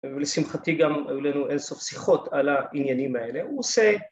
ולשמחתי גם היו לנו אין סוף שיחות על העניינים האלה